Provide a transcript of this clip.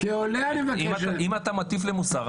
אם אתה מטיף לי מוסר,